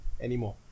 anymore